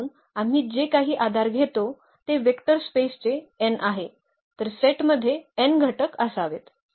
म्हणून आम्ही जे काही आधार घेतो ते वेक्टर स्पेसचे n आहे तर सेटमध्ये n घटक असावेत